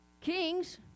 kings